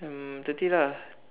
um thirty lah